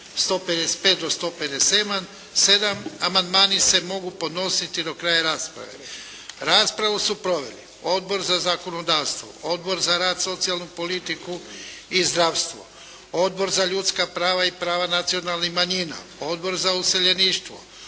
155. do 157. Amandmani se mogu podnositi do kraja rasprave. Raspravu su proveli Odbor za zakonodavstvo, Odbor za rad, socijalnu politiku i zdravstvo, Odbor za ljudska prava i prava nacionalnih manjina, Odbor za useljeništvo,